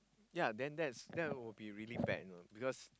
ya then that's that would be really bad because